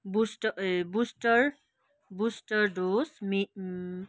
boost a booster booster dose may